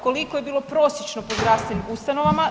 Koliko je bilo prosječno po zdravstvenim ustanovama?